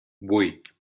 vuit